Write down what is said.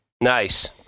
Nice